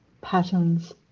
patterns